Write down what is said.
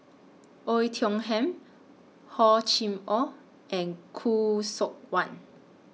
Oei Tiong Ham Hor Chim Or and Khoo Seok Wan